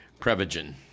Prevagen